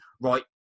right